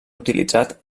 utilitzat